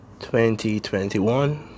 2021